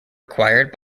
acquired